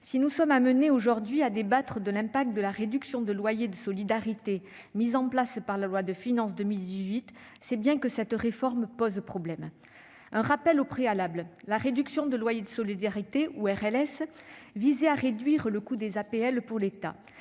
si nous sommes appelés aujourd'hui à débattre de l'effet de la réduction de loyer de solidarité mise en place par la loi de finances pour 2018, c'est bien que cette réforme pose problème. Un rappel au préalable : la RLS visait à réduire le coût des APL pour l'État.